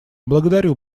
благодарю